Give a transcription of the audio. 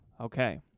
Okay